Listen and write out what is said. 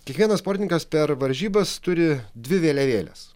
kiekvienas sportininkas per varžybas turi dvi vėliavėlės